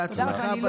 בהצלחה בתפקיד.